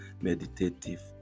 meditative